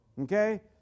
Okay